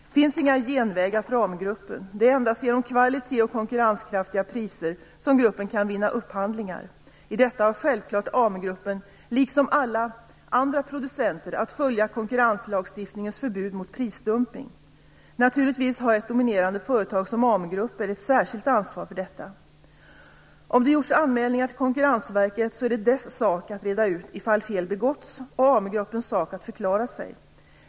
Det finns inga genvägar för AMU-gruppen. Det är endast genom kvalitet och konkurrenskraftiga priser som gruppen kan vinna upphandlingar. I detta har självklart AMU-gruppen liksom alla andra producenter att följa konkurrenslagstiftningens förbud mot prisdumpning. Naturligtvis har ett dominerande företag som AMU-gruppen ett särskilt ansvar för detta. Om det gjorts anmälningar till Konkurrensverket är det dess sak att reda ut ifall fel begåtts och AMU gruppens sak att förklara sig.